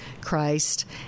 Christ